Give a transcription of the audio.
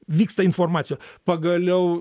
vyksta informacija pagaliau